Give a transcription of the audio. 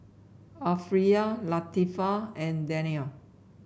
Arifa Latifa and Daniel